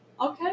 Okay